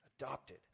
Adopted